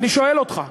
אני שואל אותך.